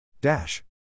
Dash